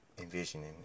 envisioning